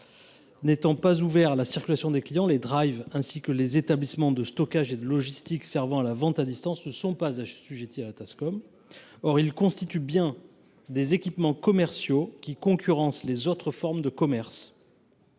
N’étant pas ouverts à la circulation des clients, les ainsi que les établissements de stockage et de logistique servant à la vente à distance ne sont pas assujettis à la Tascom. Or ils constituent bien des équipements commerciaux qui concurrencent les autres formes de commerce.